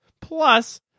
Plus